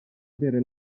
avere